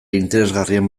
interesgarrien